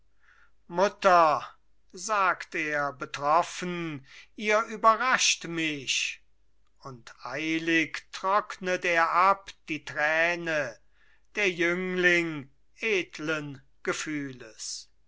mutter sagt er betroffen ihr überrascht mich und eilig trocknet er ab die träne der jüngling edlen gefühles